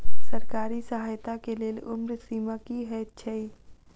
सरकारी सहायता केँ लेल उम्र सीमा की हएत छई?